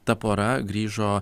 ta pora grįžo